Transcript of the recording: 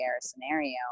scenario